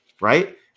Right